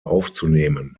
aufzunehmen